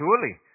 Surely